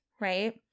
right